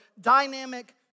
dynamic